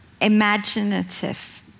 imaginative